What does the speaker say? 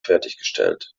fertiggestellt